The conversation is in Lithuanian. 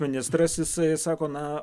ministras jisai sako na